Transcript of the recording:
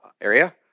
area